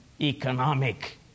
economic